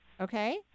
okay